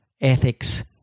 ethics